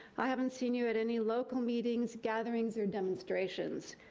i haven't seen you at any local meetings, gatherings, or demonstrations,